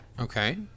Okay